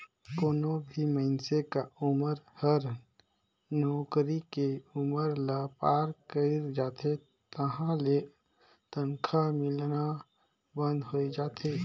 कोनो भी मइनसे क उमर हर नउकरी के उमर ल पार कइर जाथे तहां ले तनखा मिलना बंद होय जाथे